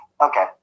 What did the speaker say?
okay